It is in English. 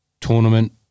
tournament